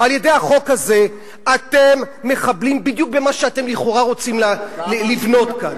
על-ידי החוק הזה אתם מחבלים בדיוק במה שאתם רוצים לבנות כאן.